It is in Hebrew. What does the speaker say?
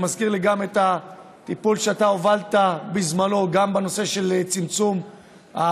זה מזכיר לי גם את הטיפול שאתה הובלת בזמנו בנושא של צמצום החובות,